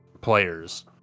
players